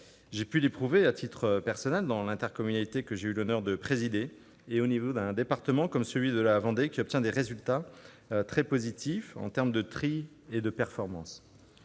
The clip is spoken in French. J'ai pu l'éprouver dans l'intercommunalité que j'ai eu l'honneur de présider et au niveau d'un département comme celui de la Vendée, qui obtient des résultats très positifs en termes de tri et de performance.